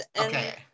Okay